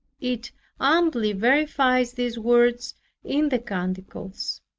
it amply verifies these words in the canticles,